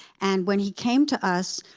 and when he came to us,